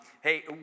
Hey